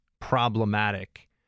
problematic